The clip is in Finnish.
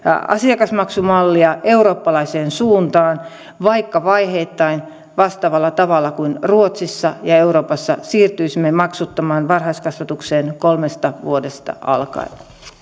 asiakasmaksumallia eurooppalaiseen suuntaan vaikka vaiheittain ja vastaavalla tavalla kuin ruotsissa ja euroopassa siirtyisimme maksuttomaan varhaiskasvatukseen kolmesta vuodesta alkaen